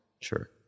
Sure